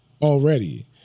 already